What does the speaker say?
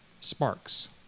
sparks